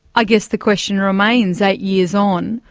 i guess the question remains, eight years on,